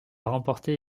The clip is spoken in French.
remporté